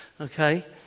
okay